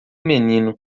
menino